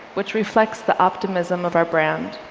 which reflects the optimism of our brand.